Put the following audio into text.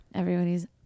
Everybody's